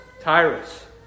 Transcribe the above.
Tyrus